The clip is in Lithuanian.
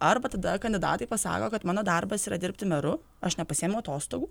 arba tada kandidatai pasako kad mano darbas yra dirbti meru aš nepasiėmiau atostogų